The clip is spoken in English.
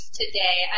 today